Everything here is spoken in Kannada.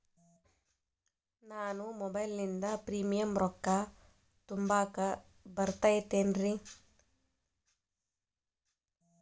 ನಾನು ಮೊಬೈಲಿನಿಂದ್ ಪ್ರೇಮಿಯಂ ರೊಕ್ಕಾ ತುಂಬಾಕ್ ಬರತೈತೇನ್ರೇ?